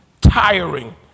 tiring